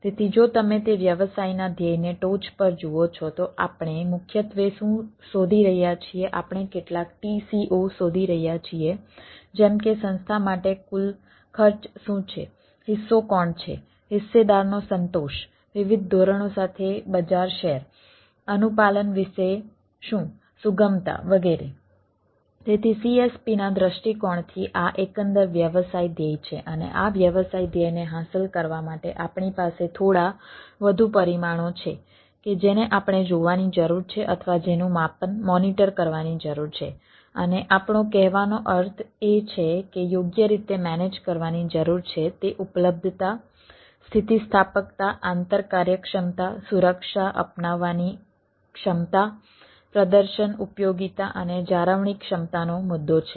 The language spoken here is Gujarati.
તેથી જો તમે તે વ્યવસાયના ધ્યેયને ટોચ પર જુઓ છો તો આપણે મુખ્યત્વે શું શોધી રહ્યા છીએ આપણે કેટલાક TCO શોધી રહ્યા છીએ જેમ કે સંસ્થા માટે કુલ ખર્ચ શું છે હિસ્સો કોણ છે હિસ્સેદારનો સંતોષ વિવિધ ધોરણો સાથે બજાર શેર કરવાની જરૂર છે તે ઉપલબ્ધતા સ્થિતિસ્થાપકતા આંતર કાર્યક્ષમતા સુરક્ષા અપનાવવાની ક્ષમતા પ્રદર્શન ઉપયોગીતા અને જાળવણીક્ષમતાનો મુદ્દો છે